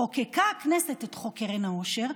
חוקקה הכנסת את חוק קרן העושר,